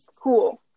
cool